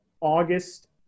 August